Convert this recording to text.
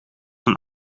een